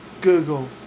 Google